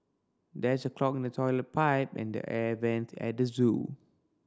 there's a clog toilet pipe and the air vent at the zoo